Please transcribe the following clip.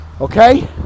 okay